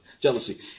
jealousy